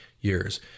years